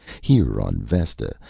here on vesta,